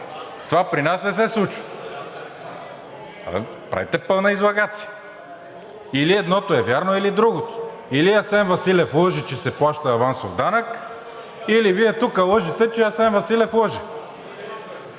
Това при нас не се случва. Правите пълна излагация. Или едното е вярно, или другото. Или Асен Василев лъже, че се плаща авансов данък, или Вие тук лъжете, че Асен Василев лъже?!